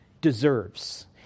deserves